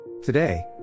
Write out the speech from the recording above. Today